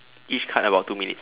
each card about two minutes